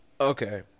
Okay